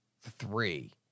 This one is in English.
three